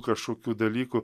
kažkokių dalykų